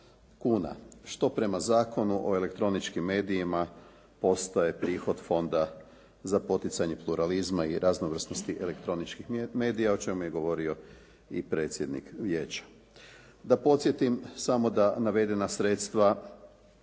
što prema Zakonu o elektroničkim medijima ostaje prihod Fonda za poticanje pluralizma i raznovrsnosti elektroničkih medija o čemu je govorio i predsjednik vijeća. Da podsjetim samo da navedena sredstva,